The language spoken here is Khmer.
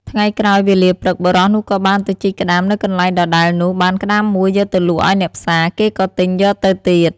ថ្ងៃក្រោយវេលាព្រឹក បុរសនោះក៏បានទៅជីកក្ដាមនៅកន្លែងដដែលនោះបានក្ដាមមួយយកទៅលក់ឲ្យអ្នកផ្សារ គេក៏ទិញយកទៅទៀត ។